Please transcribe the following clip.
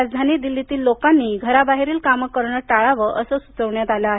राजधानी दिल्लीतील लोकांनी घराबाहेरील कामे करणं टाळावं असं सुचविण्यात आलं आहे